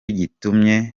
gitumye